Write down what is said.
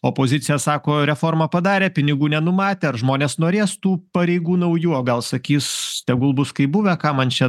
opozicija sako reformą padarė pinigų nenumatė ar žmonės norės tų pareigų naujų o gal sakys tegul bus kaip buvę ką man čia dar